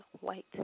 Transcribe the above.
white